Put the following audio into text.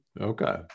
Okay